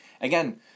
again